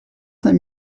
cinq